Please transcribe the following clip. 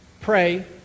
Pray